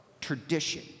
tradition